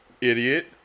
Idiot